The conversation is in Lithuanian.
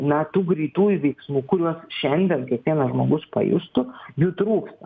na tų greitųjų veiksmų kuriuos šiandien kiekvienas žmogus pajustų jų trūksta